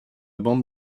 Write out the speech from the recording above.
bande